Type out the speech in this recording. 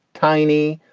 tiny,